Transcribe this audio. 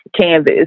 canvas